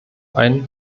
einen